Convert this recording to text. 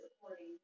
supporting